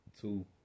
two